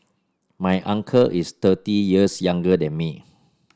my uncle is thirty years younger than me